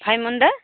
ভাইমনদা